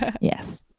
yes